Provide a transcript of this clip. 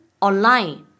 online